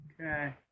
Okay